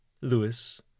Lewis